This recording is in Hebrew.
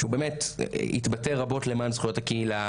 שהוא באמת התבטא רבות למען זכויות הקהילה,